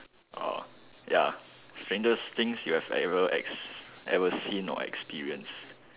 orh ya strangest things you have ever ex~ you have ever seen or experienced